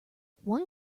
one